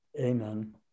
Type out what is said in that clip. amen